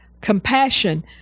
Compassion